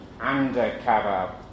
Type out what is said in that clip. undercover